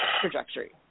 trajectory